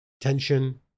tension